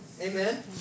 Amen